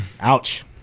Ouch